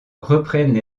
reprennent